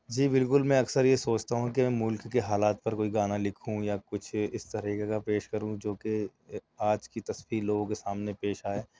جی بالکل میں اکثر یہ سوچتا ہوں کہ ملک کے حالات پر کوئی گانا لکھوں یا کچھ اس طریقہ کا پیش کروں جو کہ آج کی تصویر لوگوں کے سامنے پیش آئے